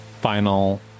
final